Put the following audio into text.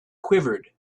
quivered